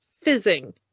fizzing